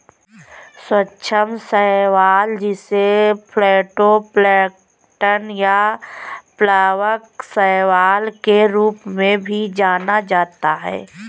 सूक्ष्म शैवाल जिसे फाइटोप्लैंक्टन या प्लवक शैवाल के रूप में भी जाना जाता है